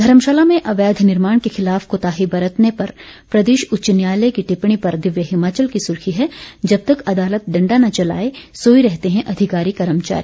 धर्मशाला में अवैध निर्माण के खिलाफ कोताही बरतने पर प्रदेश उच्च न्यायालय की टिप्पणी पर दिव्य हिमाचल की सुर्खी हैं जब तक अदालत डंडा न चलाये सोये रहते हैं अधिकारी कर्मचारी